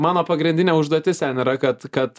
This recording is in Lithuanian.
mano pagrindinė užduotis ten yra kad kad